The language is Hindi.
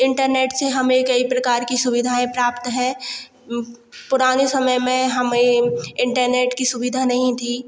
इंटरनेट से हमें कई प्रकार की सुविधाएँ प्राप्त हैं पुराने समय में हमें इंटरनेट की सुविधा नहीं थी